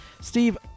Steve